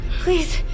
Please